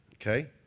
okay